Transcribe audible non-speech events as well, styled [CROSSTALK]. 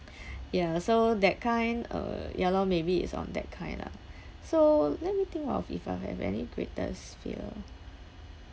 [BREATH] ya so that kind uh ya lor maybe it's on that kind ah so let me think of if I've have any greatest fear